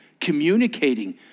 communicating